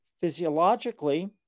physiologically